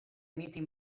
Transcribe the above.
mitin